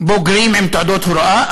בוגרים עם תעודות הוראה,